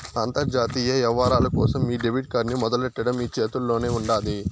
అంతర్జాతీయ యవ్వారాల కోసం మీ డెబిట్ కార్డ్ ని మొదలెట్టడం మీ చేతుల్లోనే ఉండాది